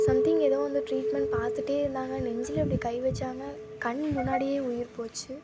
something எதோ வந்து treatment பார்த்துட்டே இருந்தாங்க நெஞ்சில் இப்டி கை வச்சாங்க கண் முன்னாடியே உயிர் போச்சு